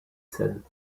said